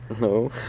No